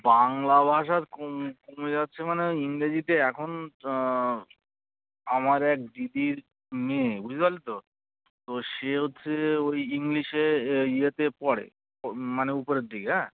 বাংলা ভাষার কোম কমে যাচ্ছে মানে ওই ইংরাজিতে এখন আমার এক দিদির মেয়ে বুঝতে পারলি তো তো সে হচ্ছে ওই ইংলিশে ইয়েতে পড়ে উ মানে উপরের দিকে হ্যাঁ